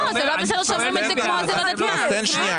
תן שנייה